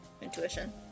intuition